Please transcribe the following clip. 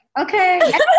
okay